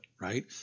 right